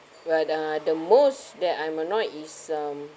what are the most that I'm annoyed is um